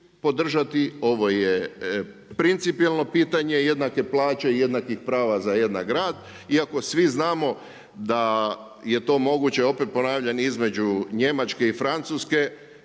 podržati, ovo je principijelno pitanje jednake plaće i jednakih prava za jednak rad, iako svi znamo da je to moguće. Opet ponavljam između Njemačke i Francuske,